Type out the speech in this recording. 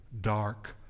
dark